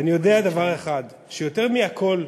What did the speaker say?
ואני יודע דבר אחד: שיותר מהכול,